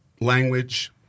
language